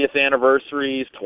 anniversaries